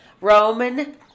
Roman